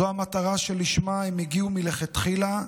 זו המטרה שלשמה הם הגיעו מלכתחילה.